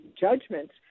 judgments